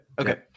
Okay